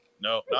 No